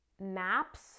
maps